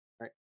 right